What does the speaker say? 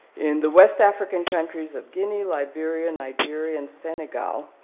in the west african countries of guinea, liberia, nigeria, and senegal,